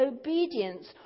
obedience